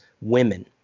women